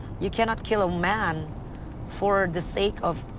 you cannot kill a man for the sake of,